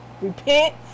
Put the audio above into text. repent